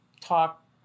talk